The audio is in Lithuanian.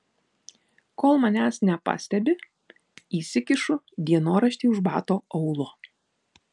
kol manęs nepastebi įsikišu dienoraštį už bato aulo